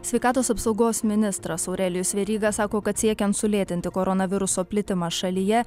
sveikatos apsaugos ministras aurelijus veryga sako kad siekiant sulėtinti koronaviruso plitimą šalyje